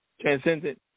transcendent